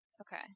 Okay